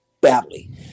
badly